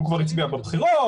הוא כבר הצביע בבחירות,